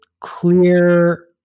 clear